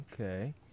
Okay